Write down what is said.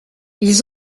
ils